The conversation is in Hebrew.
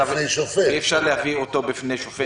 אי אפשר להביא אותו בפני שופט.